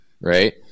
right